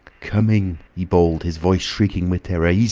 coming! he bawled, his voice shrieking with terror. yeah